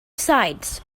sides